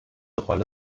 rolle